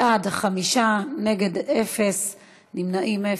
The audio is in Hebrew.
בעד, 5, אין מתנגדים,